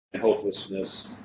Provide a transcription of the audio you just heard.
hopelessness